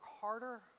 harder